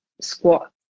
squat